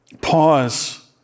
pause